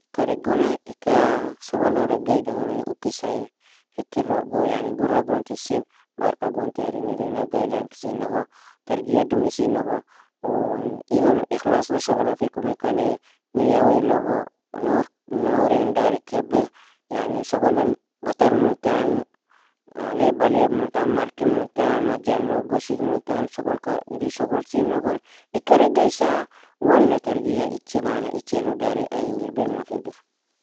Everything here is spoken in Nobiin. Ika regonay_ika shoghola regy dangonay ukis ai, hikir rogo yani gurra gontisi, barka gon tierin irin regy dagsinogo, tergiya dumisinogo, oun iron ikhlaslo shoghola fi kumenkani niya wealogo nour_nourin darik irbir yani shogolal batar muntan leba leab muntan, marki muntan, marjalo, goshij muntan shogolka irin shogolsinogo eka regaysa? Wala tergiya ichi mana ichi lo dari? Ai ing irbainanga firgir.